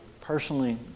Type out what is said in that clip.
Personally